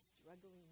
struggling